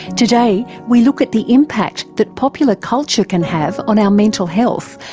today we look at the impact that popular culture can have on our mental health,